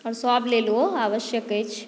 आ सभ लेल ओ आवश्यक अछि